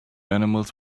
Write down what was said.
animals